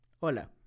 Hola